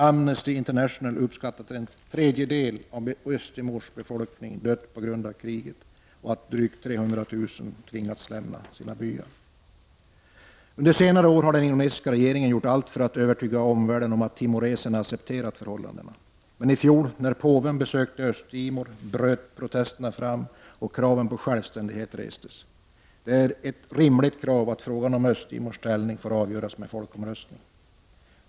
Amnesty International uppskattar att en tredjedel av Östtimors befolkning dött på grund av kriget och att drygt 300 000 tvingats lämna sina byar. Under senare år har den indonesiska regeringen gjort allt för att övertyga omvärlden om att timoreserna accepterat förhållandena. Men i fjol när påven besökte Östtimor bröt protesterna fram och kraven på självständighet restes. Det är ett rimligt krav att frågan om Östtimors ställning får avgöras med en folkomröstning.